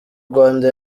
rwanda